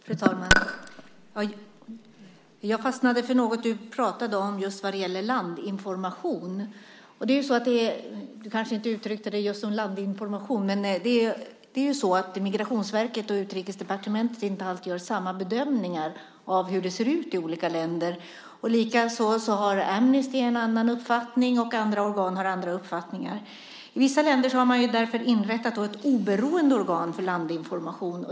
Fru talman! Jag fastnade för något Fredrik Malm pratade om när det gäller landinformation. Du kanske inte använde just det uttrycket, men det handlar om att Migrationsverket och Utrikesdepartementet inte alltid gör samma bedömningar av hur det ser ut i olika länder. Amnesty och andra organ har andra uppfattningar. I vissa länder har man därför inrättat ett oberoende organ för landinformation.